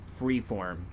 Freeform